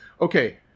Okay